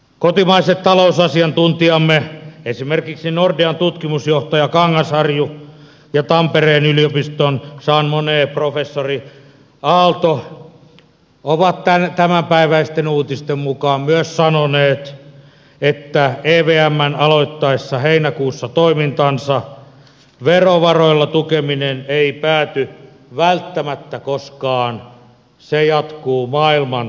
kotimaiset talousasiantuntijamme esimerkiksi nordean tutkimusjohtaja kangasharju ja tampereen yliopiston jean monnet professori aalto ovat tämänpäiväisten uutisten mukaan myös sanoneet että evmn aloittaessa heinäkuussa toimintansa verovaroilla tukeminen ei pääty välttämättä koskaan se jatkuu maailman tappiin ja me maksamme